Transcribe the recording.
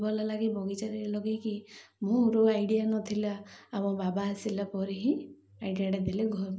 ଭଲ ଲାଗେ ବଗିଚାରେ ଲଗାଇକି ମୋର ଆଇଡ଼ିଆ ନଥିଲା ଆମ ବାବା ଆସିଲା ପରେ ହିଁ ଆଇଡ଼ିଆଟା ଦେଲେ ଘରୁ